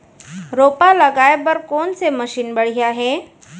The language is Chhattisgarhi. रोपा लगाए बर कोन से मशीन बढ़िया हे?